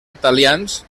italians